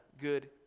good